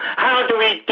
how do we